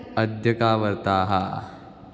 अद्य काः वार्ताः